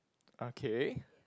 okay